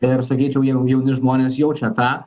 ir sakyčiau jeigu jauni žmonės jaučia tą